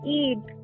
eat